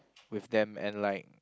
with them and like